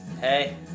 Hey